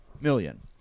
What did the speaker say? Million